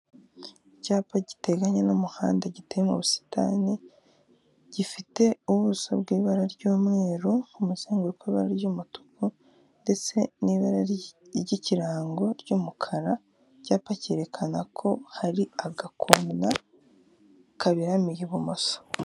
Icyapa giteganye n'umuhanda giteye mu busitani, gifite ubuso bw'ibara ry'umweru, umuzenguruko w'ibara ry'umutuku ndetse n'ibara ry'ikirango ry'umukara, icyapa cyerekana ko hari agakona kaberamiye ibumoso.